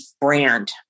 brand